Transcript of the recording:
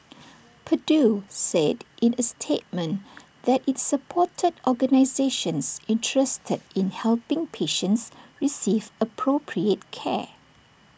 purdue said in A statement that IT supported organisations interested in helping patients receive appropriate care